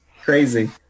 crazy